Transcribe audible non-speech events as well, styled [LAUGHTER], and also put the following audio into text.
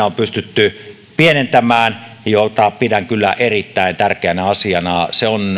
[UNINTELLIGIBLE] on pystytty pienentämään mitä pidän kyllä erittäin tärkeänä asiana se on